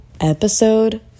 episode